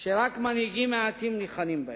שרק מנהיגים מעטים ניחנים בהם.